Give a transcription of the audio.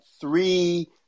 three